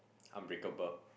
unbreakable